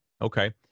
okay